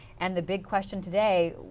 and the big question today,